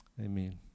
Amen